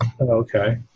Okay